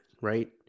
right